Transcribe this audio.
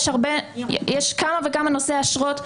יש כמה וכמה נושאי אשרות,